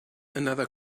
another